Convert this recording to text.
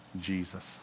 Jesus